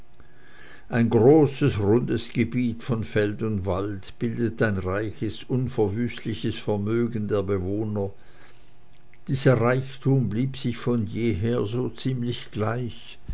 ein großes rundes gebiet von feld und wald bildet ein reiches unverwüstliches vermögen der bewohner dieser reichtum blieb sich von jeher so ziemlich gleich